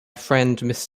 friend